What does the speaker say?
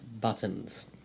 buttons